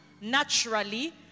naturally